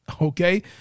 okay